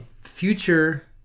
future